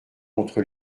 contre